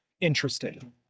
interested